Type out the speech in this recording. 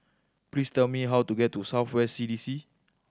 please tell me how to get to South West C D C